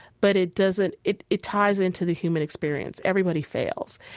but it doesn't it it ties into the human experience. everybody fails.